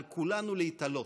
על כולנו להתעלות,